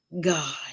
God